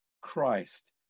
Christ